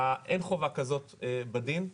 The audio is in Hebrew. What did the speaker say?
אין חובה כזאת בדין.